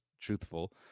truthful